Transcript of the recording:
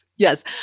Yes